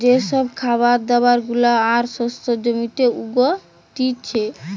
যে সব খাবার দাবার গুলা আর শস্য জমিতে উগতিচে